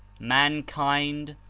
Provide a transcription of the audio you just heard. mankind,